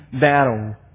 battle